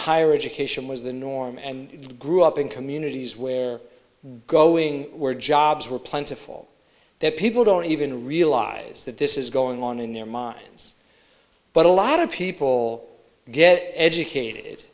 higher education was the norm and grew up in communities where growing were jobs were plentiful that people don't even realize that this is going on in their minds but a lot of people get educated